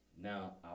Now